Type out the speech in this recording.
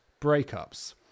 breakups